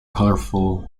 colorful